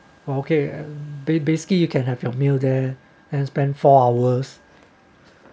oh okay ba~ basically you can have your meal there and spent four hours